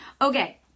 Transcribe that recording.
Okay